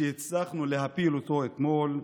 שהצלחנו להפיל אתמול,